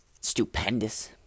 stupendous